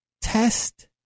test